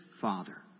father